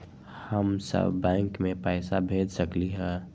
हम सब बैंक में पैसा भेज सकली ह?